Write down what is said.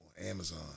Amazon